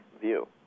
view